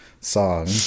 song